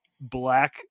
black